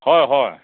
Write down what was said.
হয় হয়